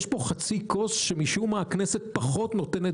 יש פה חצי כוס שמשום מה הכנסת פחות נותנת